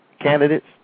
candidates